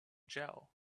gel